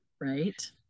Right